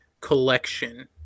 collection